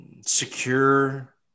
secure